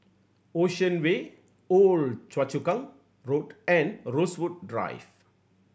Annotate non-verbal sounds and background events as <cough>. Ocean Way <unintelligible> Choa Chu Kang Road and Rosewood Drive